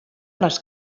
les